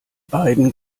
beiden